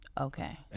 Okay